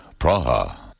Praha